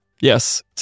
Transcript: Yes